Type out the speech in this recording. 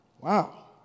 Wow